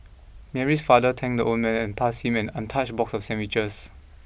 Mary's father thanked the old man and passed him an untouched box of sandwiches